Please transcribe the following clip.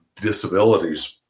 disabilities